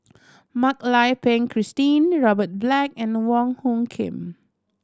Mak Lai Peng Christine Robert Black and Wong Hung Khim